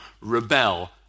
rebel